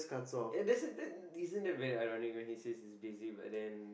yeah that that's isn't that very ironic when he says he's busy but then